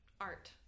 art